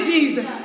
Jesus